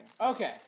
Okay